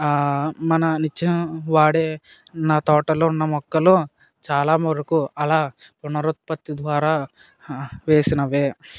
మన నిత్యం వాడే నా తోటలో ఉన్న మొక్కలు చాలా మురుకు అలా పునరుత్పత్తి ద్వారా వేసినవే